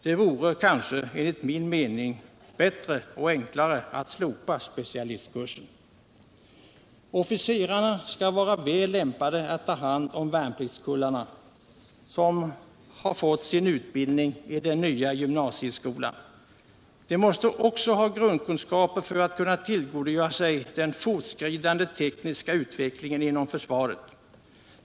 Det vore enligt min mening bättre och enklare att slopa specialistkursen. Officerarna skall vara väl lämpade att ta hand om de värnpliktskullar som har fått sin utbildning i den nya gymnasieskolan. De måste också ha grundkunskaper för att kunna tillgodogöra sig den fortskridande tekniska utvecklingen inom försvaret.